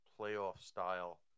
playoff-style